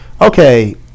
okay